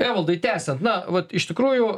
evaldai tęsiant na vat iš tikrųjų